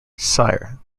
sire